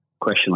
question